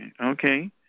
Okay